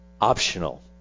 optional